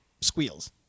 squeals